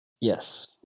Yes